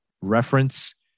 reference